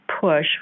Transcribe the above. push